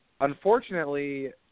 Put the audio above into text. unfortunately